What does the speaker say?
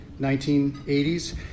1980s